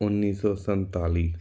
ਉੱਨੀ ਸੌ ਸੰਤਾਲੀ